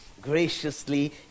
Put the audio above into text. graciously